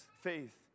faith